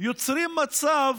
יוצרים מצב,